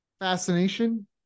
fascination